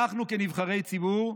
אנחנו, כנבחרי ציבור,